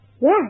Yes